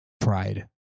Pride